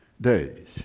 days